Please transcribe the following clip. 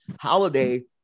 holiday